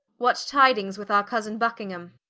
what tidings with our cousin buckingham?